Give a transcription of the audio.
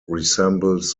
resembles